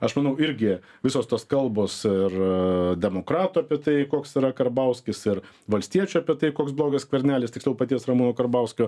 aš manau irgi visos tos kalbos ir demokratų apie tai koks yra karbauskis ir valstiečių apie tai koks blogas skvernelis tiksliau paties ramūno karbauskio